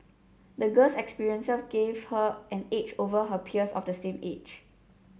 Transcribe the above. the girl's experiences gave her an edge over her peers of the same age